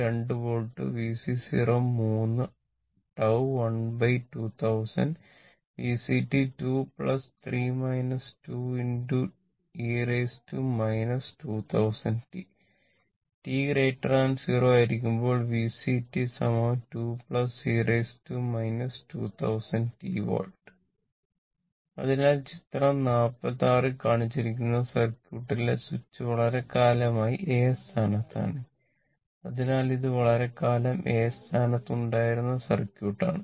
VC ∞ 2 volt VC 3 τ12000 VC 23 2e 2000t t 0 ആയിരിക്കുമ്പോൾ VC 2e 2000t volt അതിനാൽ ചിത്രം 46 ൽ കാണിച്ചിരിക്കുന്ന സർക്യൂട്ടിലെ സ്വിച്ച് വളരെക്കാലമായി A സ്ഥാനത്താണ് അതിനാൽ ഇത് വളരെക്കാലം A സ്ഥാനത്ത് ഉണ്ടായിരുന്ന സർക്യൂട്ട് ആണ്